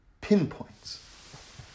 pinpoints